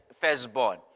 firstborn